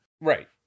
Right